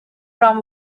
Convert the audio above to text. from